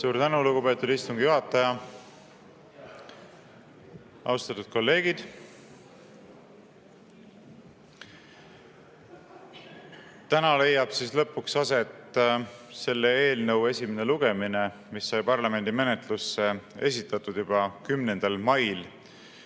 Suur tänu, lugupeetud istungi juhataja! Austatud kolleegid! Täna leiab lõpuks aset selle eelnõu, mis sai parlamendi menetlusse esitatud juba 10. mail